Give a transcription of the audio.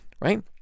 right